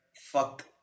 fuck